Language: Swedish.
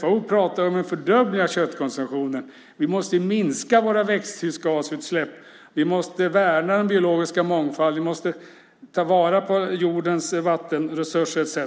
FAO pratar om en fördubbling av köttkonsumtionen. Vi måste minska våra växthusgasutsläpp. Vi måste värna den biologiska mångfalden. Vi måste ta vara på jordens vattenresurser etcetera.